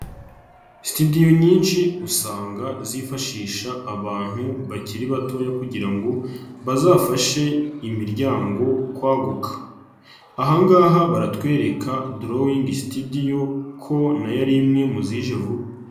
Studio nyinshi usanga zifashisha abantu bakiri batoya kugira ngo bazafashe imiryango kwaguka. Aha ngaha baratwereka drowing studio ko na yo ari imwe muzije vuba.